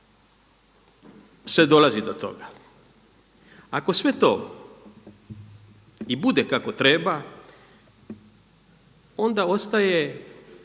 se dolazi do toga. Ako sve to i bude kako treba, onda ostaje